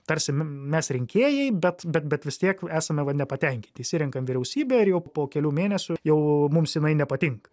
tarsi mes rinkėjai bet bet bet vis tiek esame va nepatenkinti išsirenkam vyriausybę ir jau po kelių mėnesių jau mums jinai nepatinka